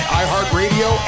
iHeartRadio